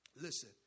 Listen